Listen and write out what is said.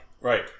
Right